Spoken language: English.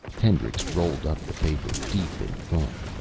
hendricks rolled up the paper, deep in thought.